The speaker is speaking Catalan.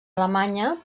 alemanya